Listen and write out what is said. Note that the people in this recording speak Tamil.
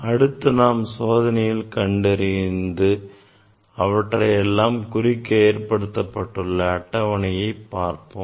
அடுத்து நாம் சோதனையில் கண்டறிந்து அவற்றை எல்லாம் குறிக்க ஏற்படுத்தப்பட்டுள்ள அட்டவணையை பார்ப்போம்